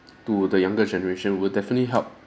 to the younger generation will definitely help